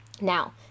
Now